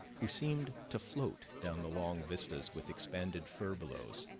who seemed to float down the long vistas with expanded furbelows,